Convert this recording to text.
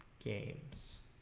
games?